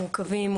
מורכבים,